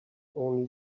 only